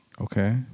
Okay